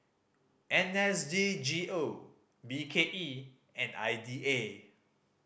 N S D G O B K E and I D A